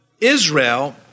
Israel